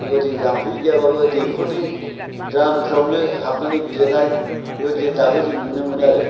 बेबायदि जाम्फै गैयाबाबो दैखरनि द्रामफ्रावनो हाबनानै गेलेनाय बेबायदि दाबो जों नुनो मोनो आरो